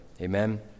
Amen